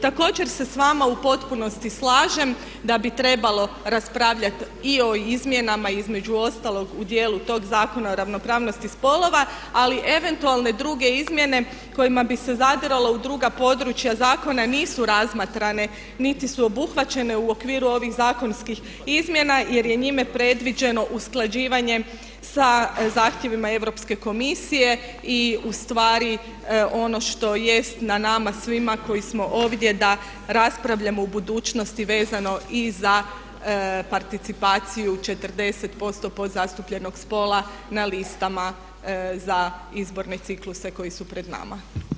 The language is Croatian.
Također se s vama u potpunosti slažem da bi trebalo raspravljati i o izmjenama između ostalog u djelu tog zakona o ravnopravnosti spolova ali eventualne druge izmjene kojima bi se zadiralo u druga područja zakona nisu razmatrane niti su obuhvaćene u okviru ovih zakonskih izmjena jer je njime predviđeno usklađivanje sa zahtjevima Europske komisije i ustvari ono što jest na nama svima koji smo ovdje da raspravljamo o budućnosti vezano i za participaciju 40% podzastupljenog spola na listama za izborne cikluse koji su pred nama.